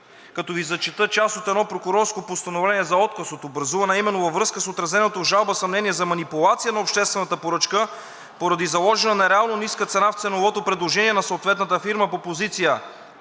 като Ви зачета част от едно прокурорско постановление за отказ от образуване, а именно: „Във връзка с отразеното в жалба съмнение за манипулация на обществената поръчка поради заложена нереално ниска цена в ценовото предложение на съответната фирма по позиция